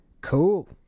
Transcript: Cool